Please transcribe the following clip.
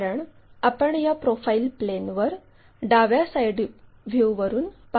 कारण आपण या प्रोफाईल प्लेनवर डाव्या साइड व्ह्यूवरून पाहत आहोत